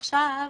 עכשיו,